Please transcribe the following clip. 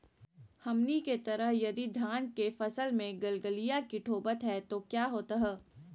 हमनी के तरह यदि धान के फसल में गलगलिया किट होबत है तो क्या होता ह?